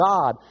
God